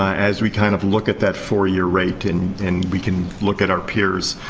as we kind of look at that four-year rate and and we can look at our peers,